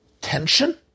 tension